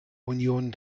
union